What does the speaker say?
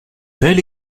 tel